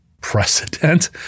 precedent